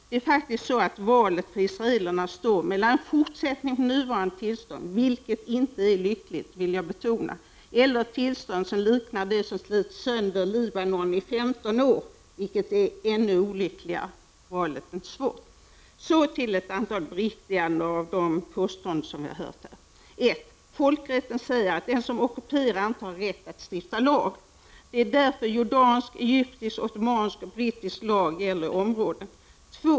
Det är faktiskt så att valet för israelerna står mellan en fortsättning på nuvarande tillstånd, vilket inte är lyckligt, det vill jag betona, eller ett tillstånd som liknar det som slitit sönder Libanon i 15 år, vilket är ännu olyckligare. Valet är inte svårt. Så till ett antal beriktiganden av de påståenden som vi har hört här: 1. Folkrätten säger att den som ockuperar inte har rätt att stifta lag. Det är därför som jordansk, egyptisk, ottomansk och brittisk lag gäller i områdena. 2.